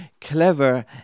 clever